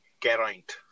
Geraint